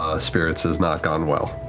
ah spirits has not gone well.